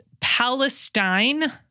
Palestine